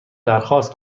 درخواست